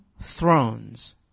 thrones